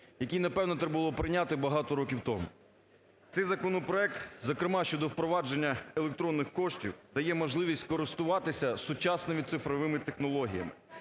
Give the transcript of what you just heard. який, напевно, треба було прийняти багато років тому. Цей законопроект, зокрема щодо впровадження електронних коштів, дає можливість користуватися сучасними цифровими технологіями.